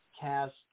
cast